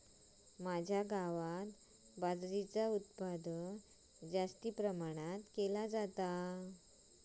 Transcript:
माझ्या गावात बाजरीचा उत्पादन जास्त प्रमाणात केला जाता